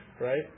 right